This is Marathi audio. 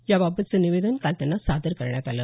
याबाबतचं निवेदन काल त्यांना सादर करण्यात आलं